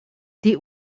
die